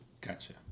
Gotcha